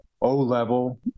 O-level